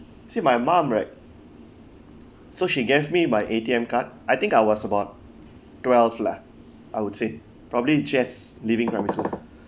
see my mum right so she gave me my A_T_M card I think I was about twelve lah I would say probably just leaving primary school